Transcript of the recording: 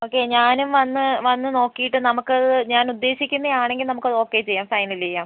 okay ഞാനും വന്ന് വന്ന് നോക്കിടിട്ട് നമുക്കത് ഞാൻ ഉദേശിക്കുന്നതാണെങ്കിൽ നമുക്കത് ഓക്കേ ചെയ്യാം ഫൈനൽ ചെയ്യാം